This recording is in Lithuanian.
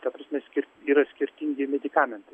ta prasme skir yra skirtingi medikamentai